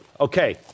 Okay